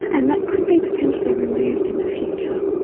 and that could be potentially removed in the future.